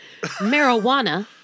marijuana